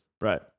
right